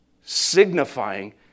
signifying